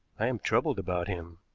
i am troubled about him.